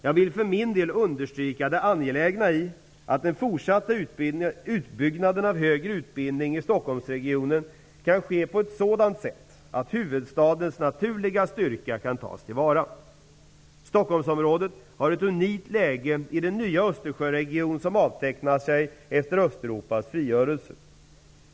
Jag vill för min del understryka det angelägna i att den fortsatta utbyggnaden kan ske på ett sådant sätt att huvudstadens naturliga styrka kan tas till vara. Stockholmsområdet har ett unikt läge i den nya Östersjöregion som avtecknar sig efter Östeuropas frigörelse.